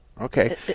Okay